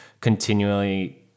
continually